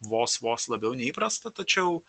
vos vos labiau nei įprasta tačiau